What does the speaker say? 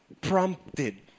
prompted